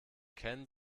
ken